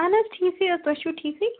اہن حظ ٹھیکے حظ تُہۍ چھُو ٹھیکے